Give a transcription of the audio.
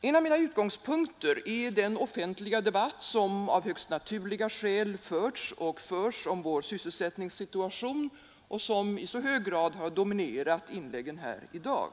En av mina utgångspunkter är den offentliga debatt som, av högst naturliga skäl, har förts och förs om vår sysselsättningssituation och som i så hög grad har dominerat inläggen här i dag.